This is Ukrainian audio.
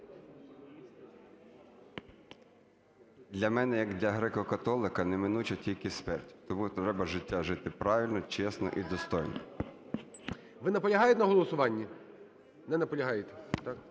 Для мене як для греко-католика неминуча тільки смерть. Тому треба життя жити правильно, чесно і достойно. 13:57:43 ГОЛОВУЮЧИЙ. Ви наполягаєте на голосуванні? Не наполягаєте,